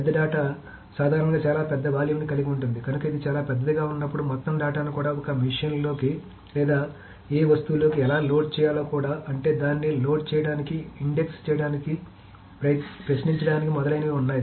పెద్ద డేటా సాధారణంగా చాలా పెద్ద వాల్యూమ్ని కలిగి ఉంటుంది కనుక ఇది చాలా పెద్దదిగా ఉన్నప్పుడు మొత్తం డేటాను కూడా ఒక మెషీన్లోకి లేదా ఏ వస్తువులోకి ఎలా లోడ్ చేయాలో కూడా అంటే దాన్ని లోడ్ చేయడానికి ఇండెక్స్ చేయడానికి ప్రశ్నించడానికి మొదలైనవి ఉన్నాయి